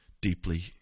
deeply